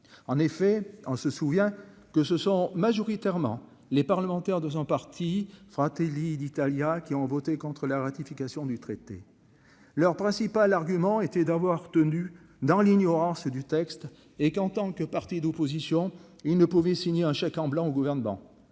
en effet, on se souvient que ce sont majoritairement les parlementaires de son parti. Fratelli d'Italia, qui ont voté contre la ratification du traité leur principal argument était d'avoir tenu dans l'ignorance du. Texte et qu'en tant que parti d'opposition, il ne pouvait signer un chèque en blanc au gouvernement